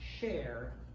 share